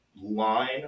Line